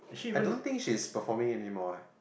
I don't think she is performing anymore eh